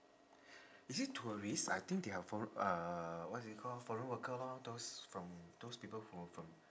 is it tourist I think they are for~ uh what is it called foreign worker lor those from those people who are from